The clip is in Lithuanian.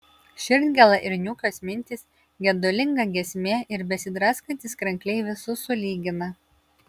širdgėla ir niūkios mintys gedulinga giesmė ir besidraskantys krankliai visus sulygina